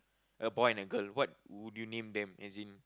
a boy and a girl what would you name them as in